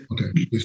okay